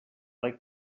like